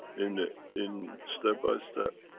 in. in. step-by-step,